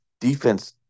defense